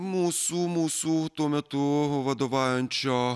mūsų mūsų tuo metu vadovaujančio